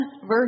verse